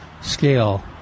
scale